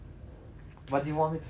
but do you want me to say there though